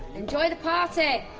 enjoy the party!